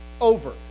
over